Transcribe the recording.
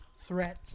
threat